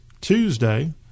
Tuesday